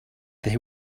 they